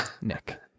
Nick